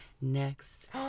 next